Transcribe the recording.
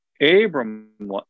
Abram